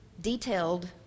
detailed